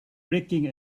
breaking